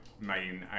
main